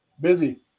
Busy